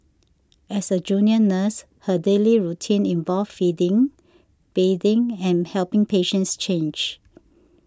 as a junior nurse her daily routine involved feeding bathing and helping patients change